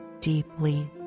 deeply